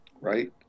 right